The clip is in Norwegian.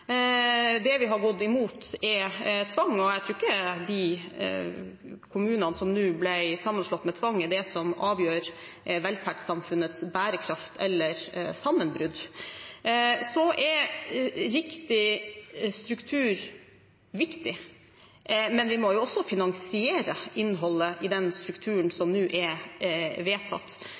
Det vi har gått imot, er tvang. Jeg tror ikke de kommunene som nå ble sammenslått med tvang, vil avgjøre velferdssamfunnets bærekraft eller sammenbrudd. Riktig struktur er viktig, men vi må også finansiere innholdet i den strukturen som nå er vedtatt.